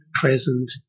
Present